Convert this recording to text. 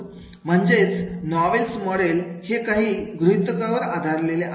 म्हणजेच नोवेल्स मॉडेल हे काही गृहीतकांवर आधारलेले आहे